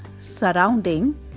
surrounding